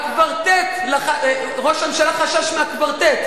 ראש הממשלה חשש מהקוורטט,